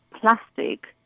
plastic